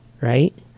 right